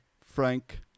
Frank